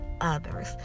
others